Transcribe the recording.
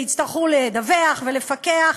ויצטרכו לדווח ולפקח.